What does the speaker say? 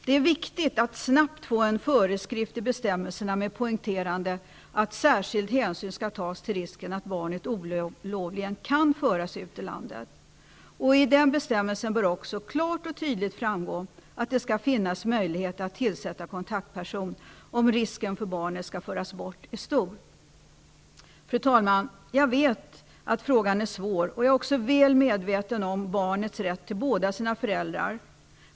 Det är viktigt att snabbt få en föreskrift i bestämmelserna som poängterar att särskild hänsyn skall tas till risken för att barnet olovligen kan föras ut ur landet. I den bestämmelsen bör det också klart och tydligt framgå att det skall finnas möjlighet att tillsätta en kontaktperson om risken för att barnet skall föras bort är stor. Fru talman! Jag vet att frågan är svår. Jag är också väl medveten om barnets rätt till båda sina föräldrar.